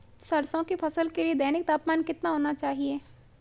सरसों की फसल के लिए दैनिक तापमान कितना होना चाहिए?